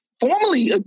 Formally